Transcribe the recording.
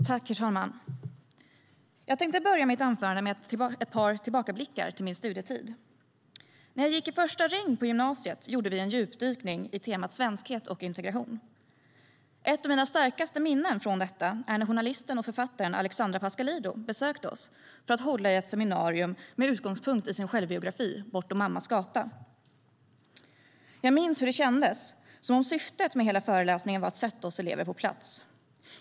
Herr talman! Jag tänkte börja mitt anförande med ett par tillbakablickar till min studietid. . Jag minns hur det kändes som att syftet med hela föreläsningen var att sätta oss elever på plats.